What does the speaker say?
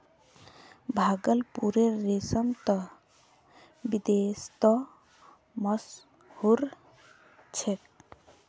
भागलपुरेर रेशम त विदेशतो मशहूर छेक